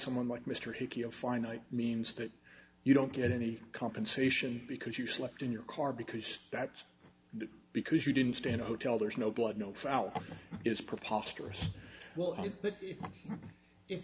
someone like mr hickey and finite means that you don't get any compensation because you slept in your car because that's because you didn't stand a hotel there's no blood no foul is preposterous well i